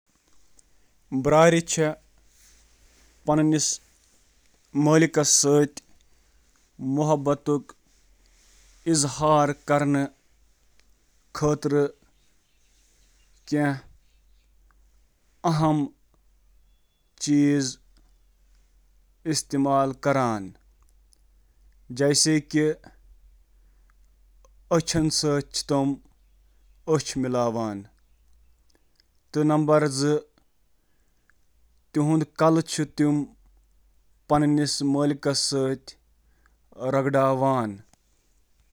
بیٛارِ تۄہہِ خٕلاف کَلہٕ یا بُتھ رَگُن چُھ عموٗمَن محبتٕچ علامت آسان، ییٚلہِ زن تِہنٛدِ پنٛجہِ پیڈ تِہنٛدِس علاقَس پٮ۪ٹھ نشان زد کرنہٕ تہٕ یہِ وننہٕ خٲطرٕ استعمال یِوان کرنہٕ، 'ژٕ چھُکھ مےٚ'۔